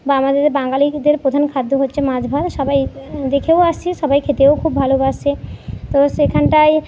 বা আমাদের বাঙ্গালিদের প্রধান খাদ্য হচ্ছে মাচ ভাত সবাই দেখেও আসছি সবাই খেতেও খুব ভালোবাসে তো সেখানটায়